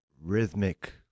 rhythmic